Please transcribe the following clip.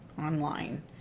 online